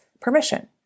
permission